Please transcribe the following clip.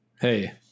Hey